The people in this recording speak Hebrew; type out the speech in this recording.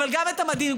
אבל גם את המנהיגות,